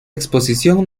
exposición